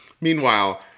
Meanwhile